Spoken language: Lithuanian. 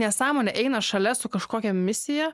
nesąmonė eina šalia su kažkokia misija